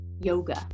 yoga